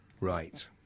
Right